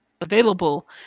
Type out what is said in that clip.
available